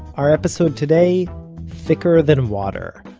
our episode today thicker than water,